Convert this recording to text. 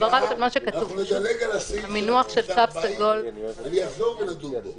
אנחנו נדלג על הסעיף של --- אני אחזור ונדון בו.